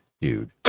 Dude